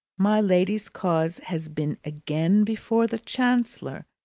my lady's cause has been again before the chancellor,